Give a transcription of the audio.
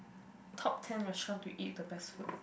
top ten restaurant to eat the best food